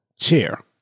chair